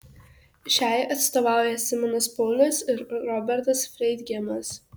šiai atstovauja simonas paulius ir robertas freidgeimas